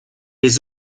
les